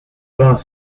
vingt